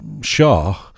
shah